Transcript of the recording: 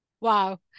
Wow